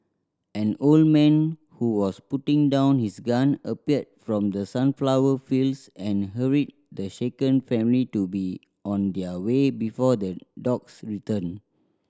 an old man who was putting down his gun appeared from the sunflower fields and hurried the shaken family to be on their way before the dogs return